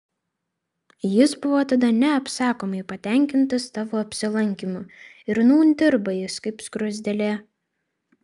jis buvo tada neapsakomai patenkintas tavo apsilankymu ir nūn dirba jis kaip skruzdėlė